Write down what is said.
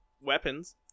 weapons